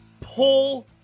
pull